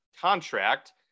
contract